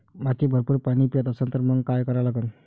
माती भरपूर पाणी पेत असन तर मंग काय करा लागन?